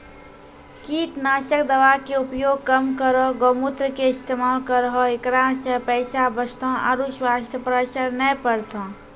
कीटनासक दवा के उपयोग कम करौं गौमूत्र के इस्तेमाल करहो ऐकरा से पैसा बचतौ आरु स्वाथ्य पर असर नैय परतौ?